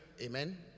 amen